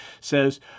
says